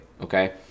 Okay